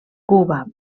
cuba